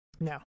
No